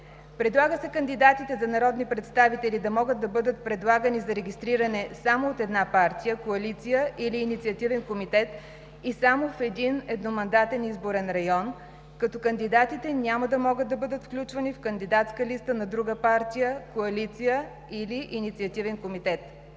Предлага се кандидатите за народни представители да могат да бъдат предлагани за регистриране само от една партия, коалиция или инициативен комитет и само в един едномандатен изборен район, като кандидатите няма да могат да бъдат включвани в кандидатска листа на друга партия, коалиция или инициативен комитет.